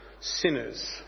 sinners